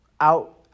out